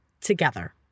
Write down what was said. together